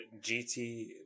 GT